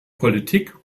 politik